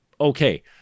okay